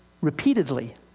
repeatedly